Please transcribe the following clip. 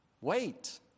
Wait